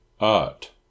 art